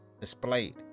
displayed